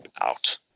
out